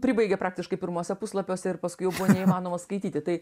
pribaigė praktiškai pirmuose puslapiuose ir paskui jau buvo neįmanoma skaityti tai